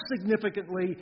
significantly